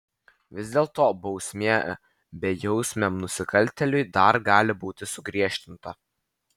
vis dėlto bausmė bejausmiam nusikaltėliui dar gali būti sugriežtinta